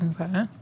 Okay